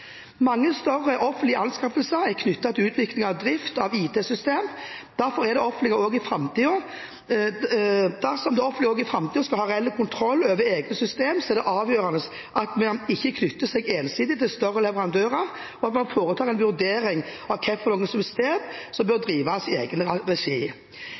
Mange større offentlige anskaffelser er knyttet til utvikling og drift av IT-systemer. Dersom det offentlige også i framtiden skal ha reell kontroll over egne systemer, er det avgjørende at man ikke knytter seg ensidig til større leverandører, og at man foretar en vurdering av hvilke systemer som bør driftes i egen regi.